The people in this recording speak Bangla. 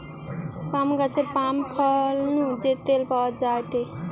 পাম গাছের পাম ফল নু যে তেল পাওয়া যায়টে